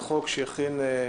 למה חברת הכנסת אלהרר בהשתק?